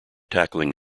tackling